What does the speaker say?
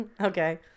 okay